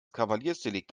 kavaliersdelikt